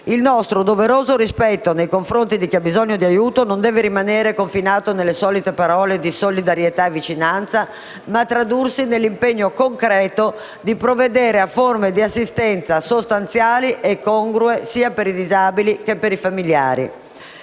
Il nostro, doveroso, rispetto nei confronti di chi ha bisogno di aiuto non deve rimanere confinato nelle solite parole di solidarietà e vicinanza, ma deve tradursi nell'impegno concreto di provvedere a forme di assistenza, sostanziali e congrue, sia per i disabili che per i familiari.